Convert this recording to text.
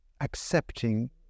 accepting